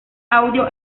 audio